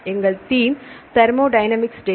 எங்கள் theme thermodynamics data